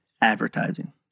advertising